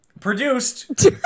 Produced